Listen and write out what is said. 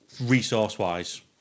resource-wise